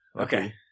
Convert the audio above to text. Okay